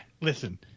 listen